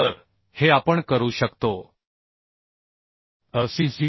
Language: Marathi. तर हे आपण करू शकतो FCC